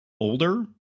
older